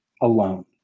alone